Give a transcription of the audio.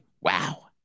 wow